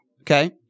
okay